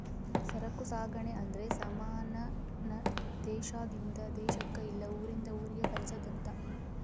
ಸರಕು ಸಾಗಣೆ ಅಂದ್ರೆ ಸಮಾನ ನ ದೇಶಾದಿಂದ ದೇಶಕ್ ಇಲ್ಲ ಊರಿಂದ ಊರಿಗೆ ಕಳ್ಸದ್ ಅಂತ